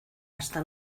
hasta